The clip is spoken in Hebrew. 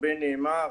הרבה נאמר.